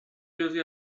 جزعی